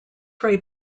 ray